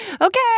okay